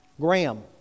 Graham